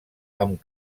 amb